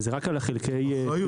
זה רק על חלקי תאונות,